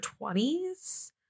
20s